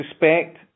respect